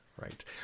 Right